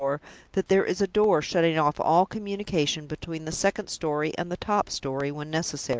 that there is a door shutting off all communication between the second story and the top story when necessary.